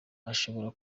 ashobora